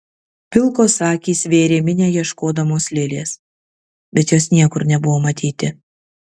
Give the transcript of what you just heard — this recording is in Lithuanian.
pilkos akys vėrė minią ieškodamos lilės bet jos niekur nebuvo matyti